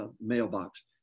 mailbox